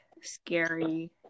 scary